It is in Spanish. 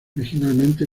originalmente